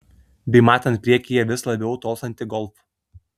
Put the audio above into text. bei matant priekyje vis labiau tolstantį golf